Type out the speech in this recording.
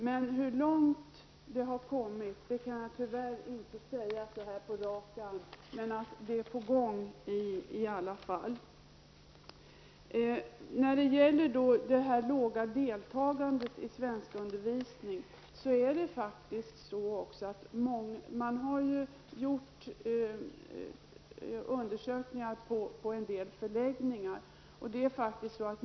Men hur långt detta arbete har kommit kan jag tyvärr inte säga så här på rak arm. Men det är på gång i alla fall. Beträffande det låga deltagandet i svenskundervisning har man gjort undersökningar på en del förläggningar.